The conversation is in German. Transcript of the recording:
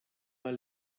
mal